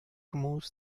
removes